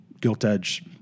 guilt-edge